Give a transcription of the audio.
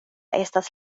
estas